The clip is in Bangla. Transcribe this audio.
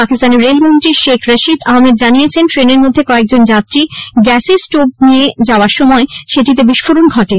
পাকিস্তানের রেলমন্ত্রী শেখ রশিদ আহমেদ জানিয়েছেন ট্রেনের মধ্যে কয়েকজন যাত্রী গ্যাসের স্টোভ নিয়ে যাওয়ার সময় সেটিতে বিস্ফোরণ ঘটে